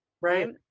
right